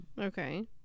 okay